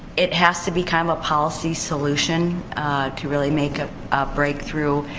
it has to be kind of a policy solution to really make a breakthrough.